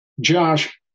Josh